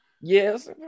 Yes